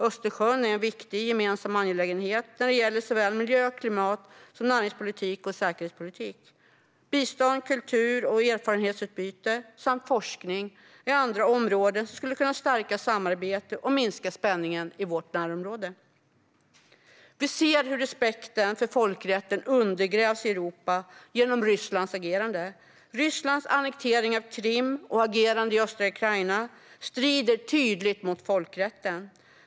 Östersjön är en viktig gemensam angelägenhet när det gäller såväl miljö och klimat som näringspolitik och säkerhetspolitik. Bistånd, kultur och erfarenhetsutbyte samt forskning är andra områden som skulle kunna stärka samarbete och minska spänningen i vårt närområde. Vi ser hur respekten för folkrätten undergrävs i Europa genom Rysslands agerande. Rysslands annektering av Krim och agerande i östra Ukraina strider tydligt mot folkrätten.